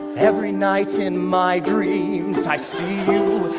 every night in my dreams i see you,